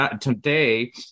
today